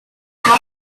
how